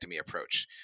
approach